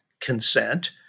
consent